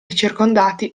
circondati